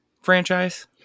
Franchise